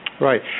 Right